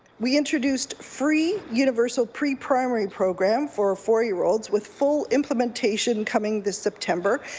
we introduced free universal preprimary program for four years old with full implementation coming this september,